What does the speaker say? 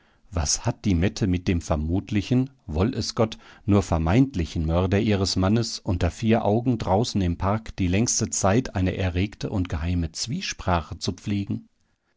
was hat die mette mit dem vermutlichen woll es gott nur vermeintlichen mörder ihres mannes unter vier augen draußen im park die längste zeit eine erregte und geheime zwiesprache zu pflegen